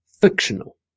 Fictional